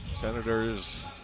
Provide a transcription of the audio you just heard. Senators